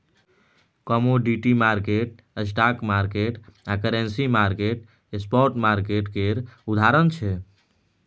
commodity market, stock market आ currency market spot market केर उदाहरण छै